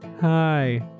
Hi